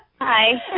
Hi